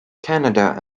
canada